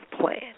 plan